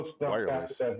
wireless